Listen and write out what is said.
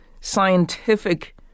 scientific